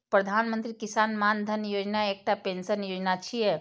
प्रधानमंत्री किसान मानधन योजना एकटा पेंशन योजना छियै